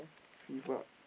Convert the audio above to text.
FIFA